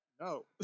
No